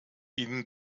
ihnen